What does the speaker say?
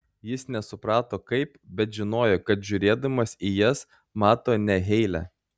jis nesuprato kaip bet žinojo kad žiūrėdamas į jas mato ne heilę